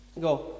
go